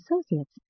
associates